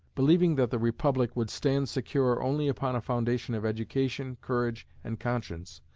believing that the republic would stand secure only upon a foundation of education, courage and conscience,